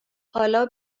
حالا